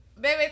baby